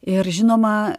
ir žinoma